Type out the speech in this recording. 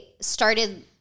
started